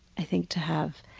i think, to have